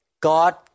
God